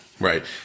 right